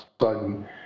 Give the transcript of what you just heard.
sudden